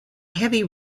heavy